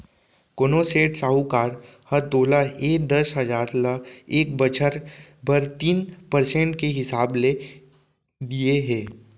कोनों सेठ, साहूकार ह तोला ए दस हजार ल एक बछर बर तीन परसेंट के हिसाब ले दिये हे?